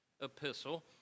epistle